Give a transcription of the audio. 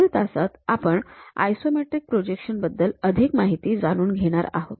पुढील तासात आपण आयसोमेट्रिक प्रोजेक्शन बद्दल अधिक माहिती जाणून घेणार आहोत